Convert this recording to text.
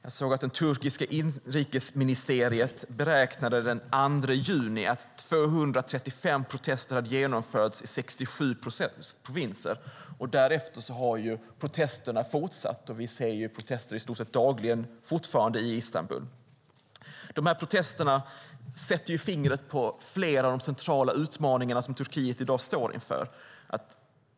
Jag såg att det turkiska inrikesministeriet den 2 juni beräknade att 235 protester hade genomförts i 67 provinser. Därefter har protesterna fortsatt, och vi ser fortfarande protester i Istanbul i stort sett dagligen. Protesterna sätter fingret på flera av de centrala utmaningar som Turkiet i dag står inför.